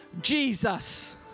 Jesus